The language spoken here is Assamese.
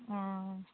অঁ